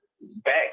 back